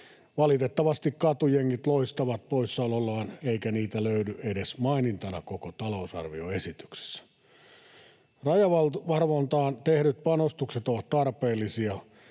Valitettavasti katujengit loistavat poissaolollaan, eikä niitä löydy edes mainintana koko talousarvioesityksessä. Rajavalvontaan tehdyt panostukset ovat tarpeellisia.